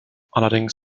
allerdings